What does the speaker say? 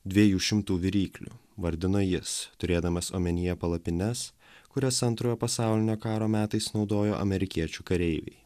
dviejų šimtų viryklių vardino jis turėdamas omenyje palapines kurias antrojo pasaulinio karo metais naudojo amerikiečių kareiviai